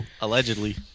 Allegedly